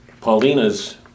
Paulina's